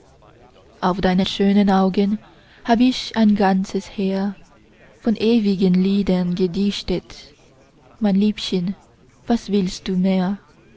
auf deine schönen augen hab ich ein ganzes heer von ewigen liedern gedichtet mein liebchen was willst du mehr